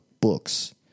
books